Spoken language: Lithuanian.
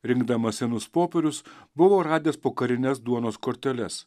rinkdamas senus popierius buvau radęs pokarines duonos korteles